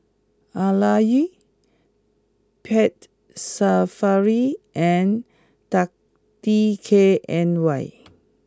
Arai Pet Safari and dark D K N Y